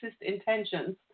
intentions